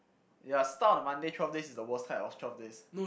ya start of the Monday twelve days is the worst kind of twelve days